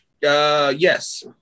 yes